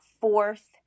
fourth